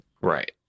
Right